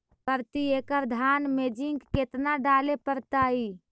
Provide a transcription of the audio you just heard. प्रती एकड़ धान मे जिंक कतना डाले पड़ताई?